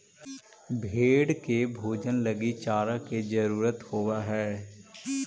भेंड़ के भोजन लगी चारा के जरूरत होवऽ हइ